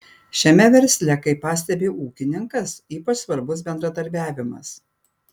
šiame versle kaip pastebi ūkininkas ypač svarbus bendradarbiavimas